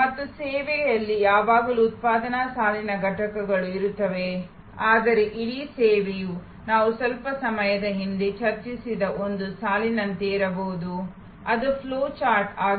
ಮತ್ತು ಸೇವೆಯಲ್ಲಿ ಯಾವಾಗಲೂ ಉತ್ಪಾದನಾ ಸಾಲಿನ ಘಟಕಗಳು ಇರುತ್ತವೆ ಆದರೆ ಇಡೀ ಸೇವೆಯು ನಾವು ಸ್ವಲ್ಪ ಸಮಯದ ಹಿಂದೆ ಚರ್ಚಿಸಿದ ಒಂದು ಸಾಲಿನಂತೆಯೇ ಇರಬಹುದು ಅದು ಫ್ಲೋ ಚಾರ್ಟ್ ಆಗಿದೆ